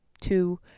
two